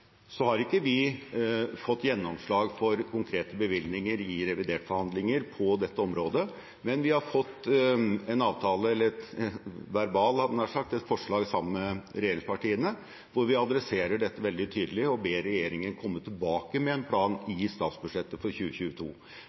har ikke fått gjennomslag for konkrete bevilgninger i revidert-forhandlinger på dette området, men vi har fått en avtale eller et forslag sammen med regjeringspartiene der vi adresserer dette veldig tydelig og ber regjeringen komme tilbake med en plan i statsbudsjettet for 2022.